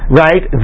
right